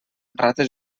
rata